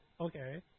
okay